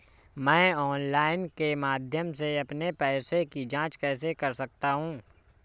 मैं ऑनलाइन के माध्यम से अपने पैसे की जाँच कैसे कर सकता हूँ?